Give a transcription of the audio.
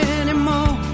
anymore